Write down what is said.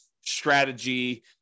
strategy